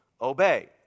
obey